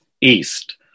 east